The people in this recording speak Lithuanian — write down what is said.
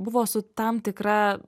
buvo su tam tikra